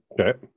okay